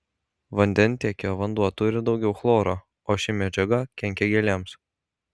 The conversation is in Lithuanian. vandentiekio vanduo turi daugiau chloro o ši medžiaga kenkia gėlėms